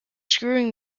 screwing